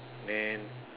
then